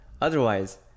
Otherwise